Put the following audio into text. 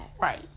Right